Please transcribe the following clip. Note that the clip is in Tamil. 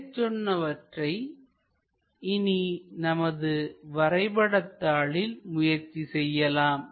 மேற்சொன்னவற்றை இனி நமது வரைபடதாளில் முயற்சி செய்யலாம்